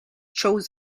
shows